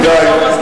ידידי,